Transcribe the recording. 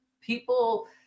people